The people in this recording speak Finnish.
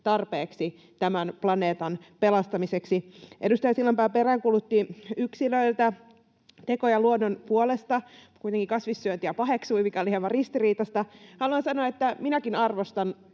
tarpeeksi tämän planeetan pelastamiseksi. Edustaja Sillanpää peräänkuulutti yksilöiltä tekoja luonnon puolesta, kuitenkin kasvissyöntiä paheksui, mikä oli hieman ristiriitaista. Haluan sanoa, että minäkin arvostan